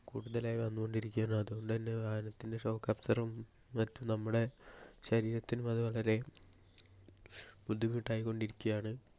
കൂടുതലായി വന്നുകൊണ്ടിരിക്കയാണ് അതുകൊണ്ട് തന്നേ വാഹനത്തിൻറ്റെ ഷോക്ക് അബ്സോർബറും മറ്റും നമ്മുടെ ശരീരത്തിൽ അത് വളരേ ബുദ്ധിമുട്ടായിക്കൊണ്ട് ഇരിക്കുകയാണ്